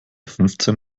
fünfzehn